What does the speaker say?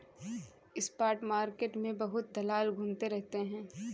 spot market में बहुत दलाल घूमते रहते हैं